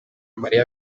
mariya